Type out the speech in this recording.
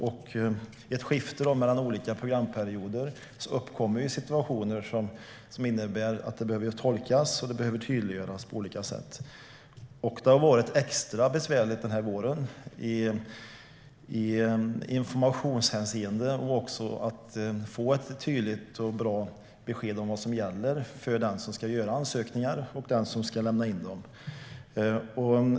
I ett skifte mellan olika programperioder uppkommer situationer som innebär att det behöver tolkas och tydliggöras på olika sätt. I informationshänseende har det varit extra besvärligt den här våren att få ett tydligt och bra besked om vad som gäller för den som ska göra ansökningar och den som ska lämna in dem.